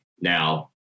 Now